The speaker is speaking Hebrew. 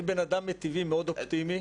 אני מטבעי אדם מאוד אופטימי.